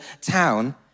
town